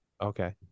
Okay